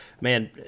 man